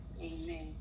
Amen